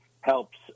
helps